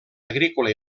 agrícola